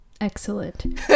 Excellent